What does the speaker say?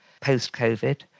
post-COVID